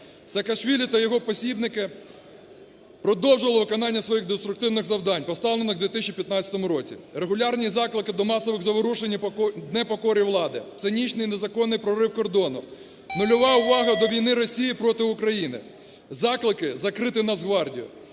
Саакашвілі та його посібники продовжували виконання своїх деструктивних завдань, поставлених в 2015 році. Регулярні заклики до масових заворушень і непокорі влади, цинічний і незаконний прорив кордону, нульова увага до війни Росії проти України, заклики закрити Нацгвардію,